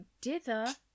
dither